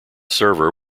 server